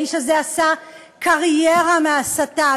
האיש הזה עשה קריירה מהסתה,